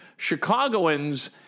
Chicagoans